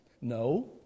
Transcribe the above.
No